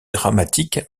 dramatiques